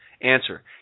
Answer